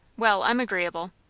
well, i'm agreeable.